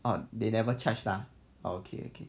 and they never charge lah okay okay